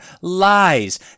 lies